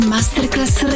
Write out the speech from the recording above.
Masterclass